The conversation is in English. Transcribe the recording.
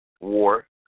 war